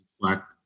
black